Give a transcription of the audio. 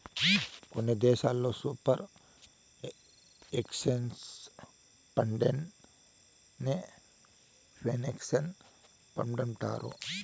కొన్ని దేశాల్లో superannuation ఫండేనే పెన్సన్ ఫండంటారు